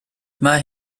mae